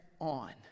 on